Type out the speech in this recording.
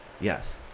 Yes